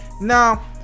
Now